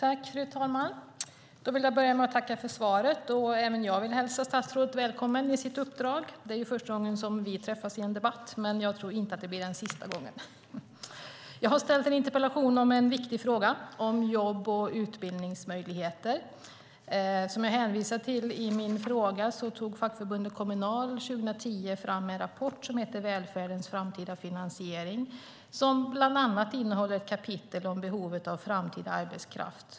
Fru talman! Jag vill börja med att tacka för svaret. Även jag vill hälsa statsrådet välkommen till hennes uppdrag. Det är första gången vi möts i en debatt, och jag tror inte att det blir sista gången. Jag har ställt en interpellation i en viktig fråga, nämligen om jobb och utbildningsmöjligheter. Som jag skriver i min interpellation tog fackförbundet Kommunal 2010 fram en rapport med namnet Välfärdens framtida finansiering . Den innehåller bland annat ett kapitel om behovet av framtida arbetskraft.